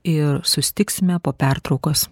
ir susitiksime po pertraukos